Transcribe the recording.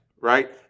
right